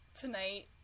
tonight